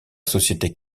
société